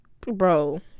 bro